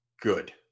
good